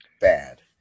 bad